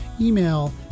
email